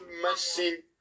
mercy